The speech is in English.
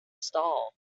stall